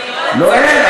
זה לא העניין.